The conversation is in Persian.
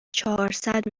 چهارصد